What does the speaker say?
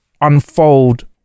unfold